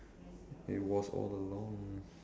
it was all along